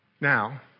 Now